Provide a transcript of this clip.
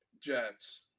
Jets